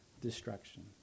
destruction